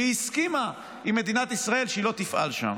שהיא הסכימה עם מדינת ישראל שהיא לא תפעל שם.